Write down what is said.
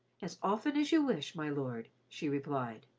as often as you wish, my lord, she replied.